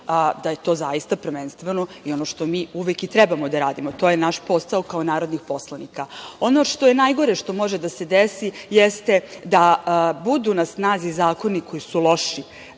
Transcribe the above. da je to zaista prvenstveno i ono što mi uvek treba da radimo, a to je naš posao kao narodnih poslanika. Ono što je najgore što može da se desi jeste da budu na snazi zakoni koji su loši,